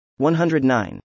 109